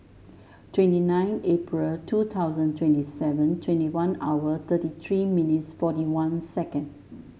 twenty nine April two thousand twenty seven twenty one hour thirty three minutes forty one second